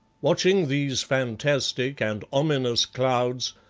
watching these fantastic and ominous clouds,